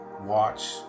watch